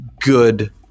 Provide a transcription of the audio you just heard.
good